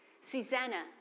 Susanna